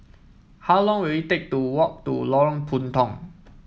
how long will it take to walk to Lorong Puntong